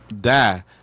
die